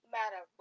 matter